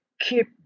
keep